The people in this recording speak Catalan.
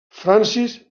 francis